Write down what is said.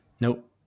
Nope